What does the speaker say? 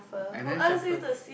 I never shuffle